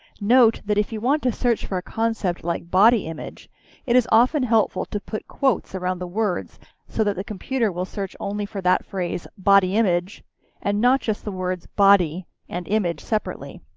note that if you want to search for a concept like body image it is helpful to put quotes around the words so that the computer will search only for that phrase body image and not just the words body and image separately.